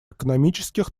экономических